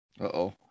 Uh-oh